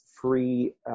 free